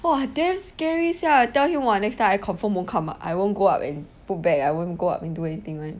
!wah! damn scary sia I tell him !wah! next time I confirm won't come up I won't go up and put bag I won't go up and do anything [one]